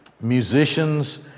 musicians